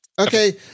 Okay